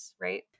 right